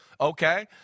Okay